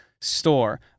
store